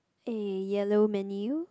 a yellow menu